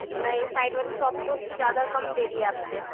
नहीं साइड वाली शॉप तो उससे ज़्यादा कम दे रही आपसे